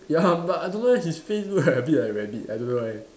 ya but I don't know leh his face look like a bit like a rabbit I don't know why